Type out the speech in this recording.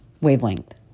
wavelength